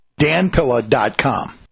danpilla.com